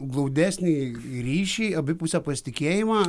glaudesnį ryšį abipusę pasitikėjimą